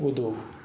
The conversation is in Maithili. कुदू